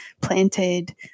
planted